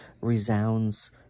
resounds